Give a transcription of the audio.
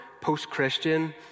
post-Christian